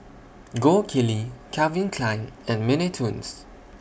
Gold Kili Calvin Klein and Mini Toons